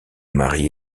mari